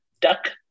duck